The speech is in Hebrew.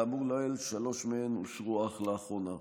כאמור לעיל, שלוש מהן אושרו אך לאחרונה.